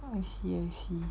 I see I see